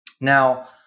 Now